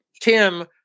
Tim